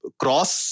cross